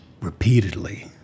repeatedly